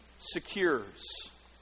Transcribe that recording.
Secures